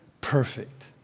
perfect